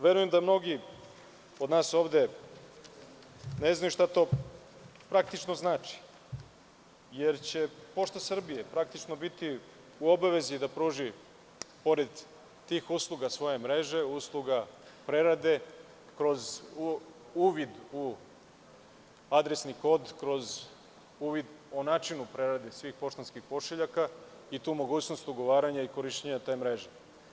Verujem da mnogi od nas ovde ne znaju šta to praktično znati, je će Pošta Srbije praktično biti u obavezi da pruži, pored tih usluga svoje mreže, usluga prerade kroz uvid u adresni kod, kroz uvid o načinu prerade svih poštanskih pošiljaka i tu mogućnost ugovaranja i korišćenja te mreže.